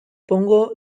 pongo